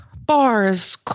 bars